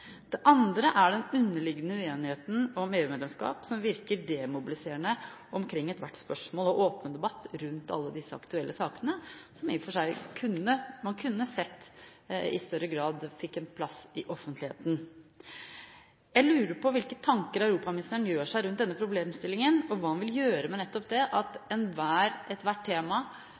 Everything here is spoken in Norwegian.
Det andre er den underliggende uenigheten om EU-medlemskap, som virker demobiliserende omkring ethvert spørsmål og åpen debatt rundt alle disse aktuelle sakene, som man i og for seg kunne sett i større grad fikk en plass i offentligheten. Jeg lurer på hvilke tanker europaministeren gjør seg rundt denne problemstillingen, og hva han vil gjøre med nettopp dette omkring ethvert tema.